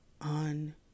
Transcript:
on